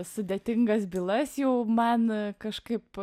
sudėtingas bylas jau man kažkaip